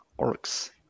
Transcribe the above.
orcs